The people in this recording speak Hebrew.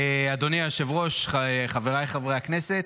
אדוני היושב-ראש, חבריי חברי הכנסת,